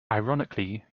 ironically